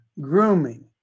grooming